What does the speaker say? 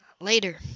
later